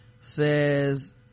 says